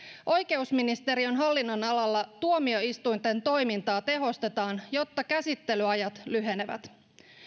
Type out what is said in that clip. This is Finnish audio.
oikeusministeriön hallinnonalalla tuomioistuinten toimintaa tehostetaan jotta käsittelyajat lyhenevät